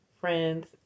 friends